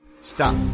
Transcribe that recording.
Stop